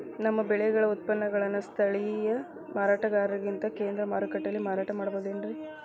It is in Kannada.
ನಮ್ಮ ಬೆಳೆಗಳ ಉತ್ಪನ್ನಗಳನ್ನ ಸ್ಥಳೇಯ ಮಾರಾಟಗಾರರಿಗಿಂತ ಕೇಂದ್ರ ಮಾರುಕಟ್ಟೆಯಲ್ಲಿ ಮಾರಾಟ ಮಾಡಬಹುದೇನ್ರಿ?